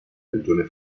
regione